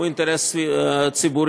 הוא אינטרס ציבורי,